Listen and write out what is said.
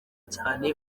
cyane